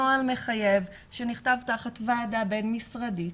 נוהל מחייב שנכתב תחת ועדה בין משרדית,